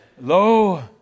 Lo